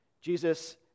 Jesus